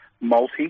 multi